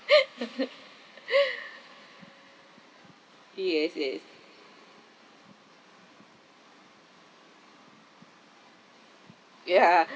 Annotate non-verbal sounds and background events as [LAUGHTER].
[LAUGHS] yes yes ya